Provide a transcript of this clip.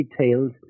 detailed